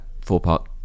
four-part